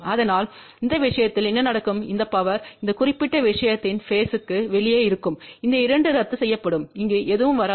அதனால் அந்த விஷயத்தில் என்ன நடக்கும் இந்த பவர் இந்த குறிப்பிட்ட விஷயத்தின் பேஸ்த்திற்கு வெளியே இருக்கும் இந்த 2 ரத்துசெய்யப்படும் இங்கு எதுவும் வராது